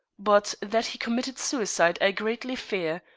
but that he committed suicide i greatly fear,